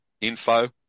info